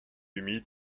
humides